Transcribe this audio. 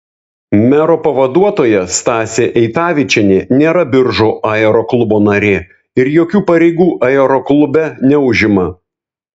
mero pavaduotoja stasė eitavičienė nėra biržų aeroklubo narė ir jokių pareigų aeroklube neužima